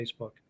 Facebook